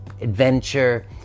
adventure